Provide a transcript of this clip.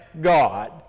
God